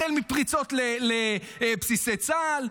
החל מפריצות לבסיסי צה"ל,